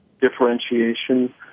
differentiation